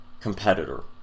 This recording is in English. Competitor